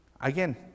Again